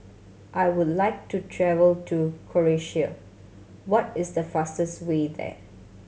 I would like to travel to Croatia what is the fastest way there